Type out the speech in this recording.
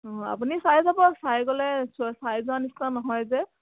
অঁ আপুনি চাই যাব চাই গ'লে চাই যোৱা নিচিনা নহয় যে